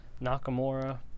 Nakamura